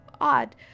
odd